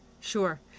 Sure